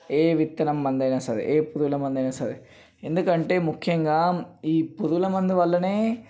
ఏ విత్తనం మందు అయినా సరే ఏ పురుగుల మందు అయినా సరే ఎందుకంటే ముఖ్యంగా ఈ పురుగుల మందు వల్లనే